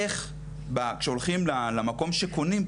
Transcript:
איך כשהולכים למקום שקונים,